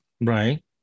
Right